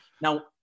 Now